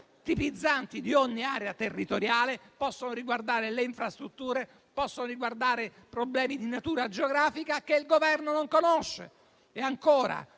tipizzanti di ogni area territoriale; possono riguardare le infrastrutture e solo problemi di natura geografica che il Governo non conosce. Ancora,